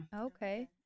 Okay